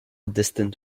distant